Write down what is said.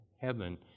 heaven